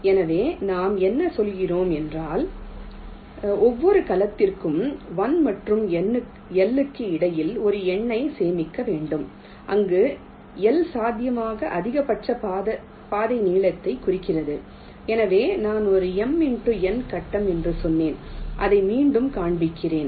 எனவே நாம் என்ன சொல்கிறோம் என்றால் ஒவ்வொரு கலத்திற்கும் 1 மற்றும் L க்கு இடையில் ஒரு எண்ணை சேமிக்க வேண்டும் அங்கு L சாத்தியமான அதிகபட்ச பாதை நீளத்தைக் குறிக்கிறது எனவே நான் ஒரு M X N கட்டம் என்று சொன்னேன் அதை மீண்டும் காண்பிக்கிறேன்